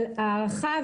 אבל ההערכה,